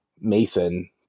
Mason